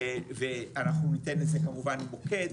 ואנחנו ניתן לזה כמובן מוקד,